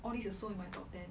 all these also in my top ten